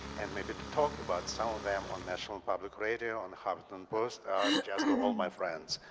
and maybe to talk about some of them on national public radio and have them post on just to all my friends.